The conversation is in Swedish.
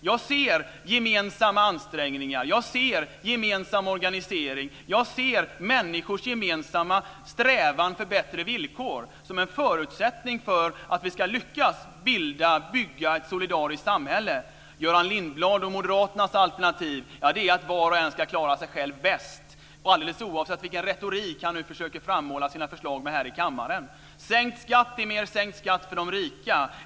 Jag ser gemensamma ansträngningar, en gemensam organisering och människors gemensamma strävan för bättre villkor som förutsättningar för att vi ska lyckas bygga ett solidariskt samhälle. Göran Lindblad och Moderaternas alternativ är att var och en ska klara sig själv bäst, alldeles oavsett vilken retorik han nu försöker utmåla sina förslag med här i kammaren. Sänkt skatt ger mer sänkt skatt för de rika.